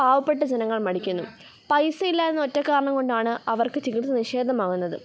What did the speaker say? പാവപെട്ട ജനങ്ങൾ മടിക്കുന്നു പൈസ ഇല്ല എന്ന ഒറ്റ കാരണം കൊണ്ടാണ് അവർക്ക് ചികിത്സ നിഷേധമാവുന്നത്